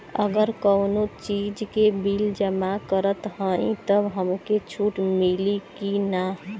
अगर कउनो चीज़ के बिल जमा करत हई तब हमके छूट मिली कि ना?